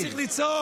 לא צריך לצעוק.